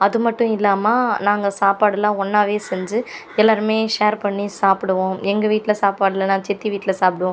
அது மட்டும் இல்லாமல் நாங்கள் சாப்பாடெல்லாம் ஒன்னாகவே செஞ்சு எல்லோரும் ஷேர் பண்ணி சாப்பிடுவோம் எங்கள் வீட்டில் சாப்பாடு இல்லைனா சித்தி வீட்டில் சாப்பிடுவோம்